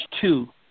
two